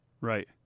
Right